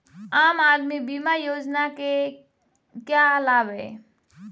आम आदमी बीमा योजना के क्या लाभ हैं?